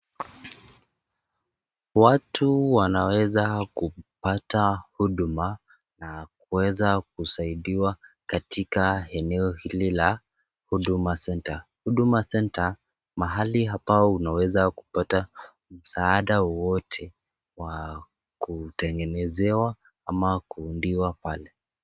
Watu wanaweza kupata huduma na kuweza kusaidiwa katika eneo hili la Huduma Centre. Huduma Centre mahali ambao unaweza kupata msaada wowote wa kutegenezewa ama kuundiwa pale.